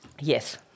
Yes